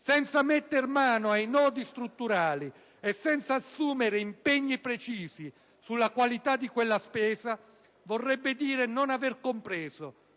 senza mettere mano ai nodi strutturali e senza assumere impegni precisi sulla qualità di quella spesa, vorrebbe dire non aver compreso